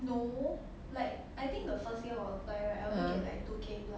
!huh!